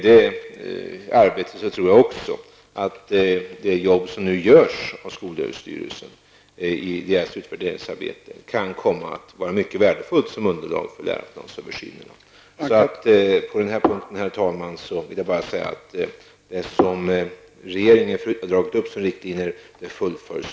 Det utvärderingsarbete som nu pågår inom skolöverstyrelsen kan komma att bli mycket värdefullt som underlag för läroplansöversynerna. Herr talman! På den här punkten vill jag bara säga att de riktlinjer som regeringen har dragit upp håller som bäst på att fullföljas.